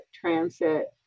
transit